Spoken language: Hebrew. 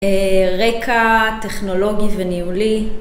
רקע טכנולוגי וניהולי